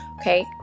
okay